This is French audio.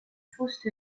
fausse